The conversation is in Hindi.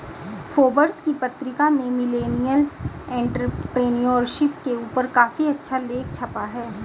फोर्ब्स की पत्रिका में मिलेनियल एंटेरप्रेन्योरशिप के ऊपर काफी अच्छा लेख छपा है